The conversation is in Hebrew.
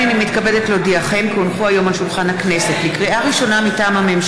אני מוסיף את קולה של חברת הכנסת, את בעד,